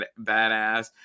badass